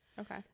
Okay